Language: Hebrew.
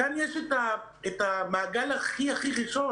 כאן יש המעגל הכי ראשון